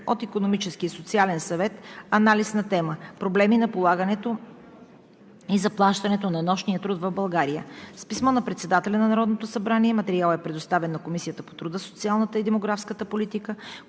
от Икономическия социален съвет анализ на тема: „Проблеми на полагането и заплащането на нощния труд в България“. С писмо на председателя на Народното събрание материалът е предоставен на Комисията по труда, социалната и демографската политика,